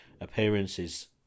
appearances